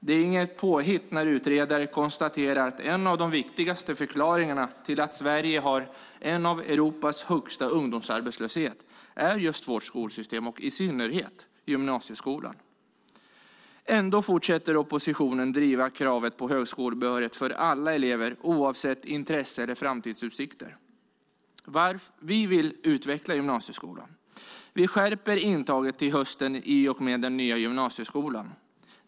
Det är inget påhitt när utredare konstaterar att en av de viktigaste förklaringarna till att Sverige har en ungdomsarbetslöshet som tillhör Europas högsta är just vårt skolsystem och i synnerhet gymnasieskolan. Ändå fortsätter oppositionen att driva kravet på högskolebehörighet för alla elever oavsett intresse eller framtidsutsikter. Vi vill utveckla gymnasieskolan. Vi skärper intaget till hösten i och med den nya gymnasieskolan.